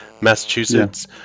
Massachusetts